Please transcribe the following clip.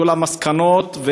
היו מסקנות,